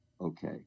okay